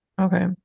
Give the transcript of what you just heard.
Okay